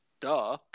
duh